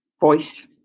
voice